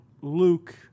Luke